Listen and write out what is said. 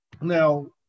Now